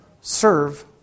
Serve